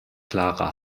klara